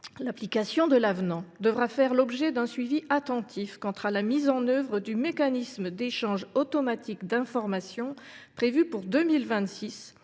l’application de l’avenant devra faire l’objet d’un suivi attentif quant à la mise en œuvre du mécanisme d’échange automatique d’information, prévue pour 2026,